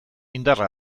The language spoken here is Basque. indarra